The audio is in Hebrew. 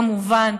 כמובן,